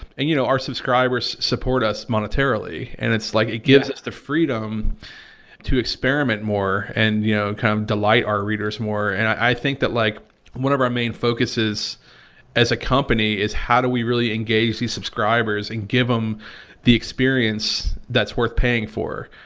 you know, our subscribers support us monetarily and it's like it gives us the freedom to experiment more and, you know, kind of delight our readers more and i think that like one of our main focuses as a company is how do we really engage this subscribers and give them the experience that's worth paying for?